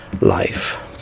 life